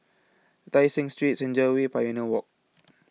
Tai Seng Street Senja Way Pioneer Walk